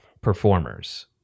performers